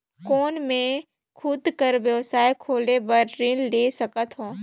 कौन मैं खुद कर व्यवसाय खोले बर ऋण ले सकत हो?